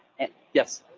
and yes?